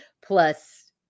plus